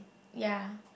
ya